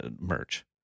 merch